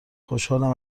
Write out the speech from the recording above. خوشحالم